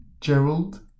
Gerald